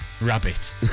Rabbit